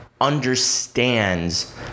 understands